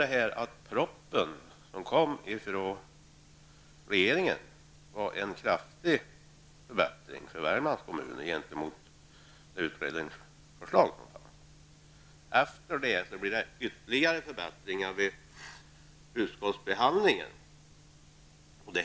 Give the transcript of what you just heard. Regeringens proposition innebar också en kraftig förbättring för Värmland jämfört med utredningens förslag. Ytterligare förbättringar har uppnåtts i och med utskottsbehandlingen.